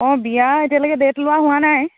অঁ বিয়া এতিয়ালৈকে ডেট লোৱা হোৱা নাই